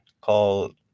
called